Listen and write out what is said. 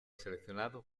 seleccionado